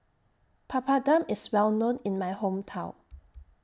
Papadum IS Well known in My Hometown